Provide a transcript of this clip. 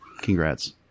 Congrats